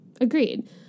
Agreed